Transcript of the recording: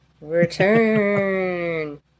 Return